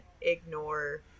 ignore